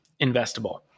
investable